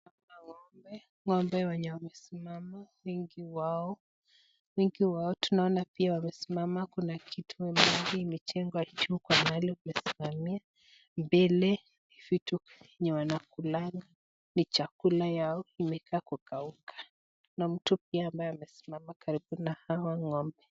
Naona ng'ombe. Ng'ombe wenye wamesimama. Wengi wao tunaona pia wamesimama kuna kitu ambaye imetengwa juu kwa mahali penye kusimamia mbele vitu yenye wanakula ni chakula yao imekaa kwa kukauka na mtu pia ambaye amesimama karibu na hawa ng'ombe.